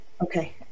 Okay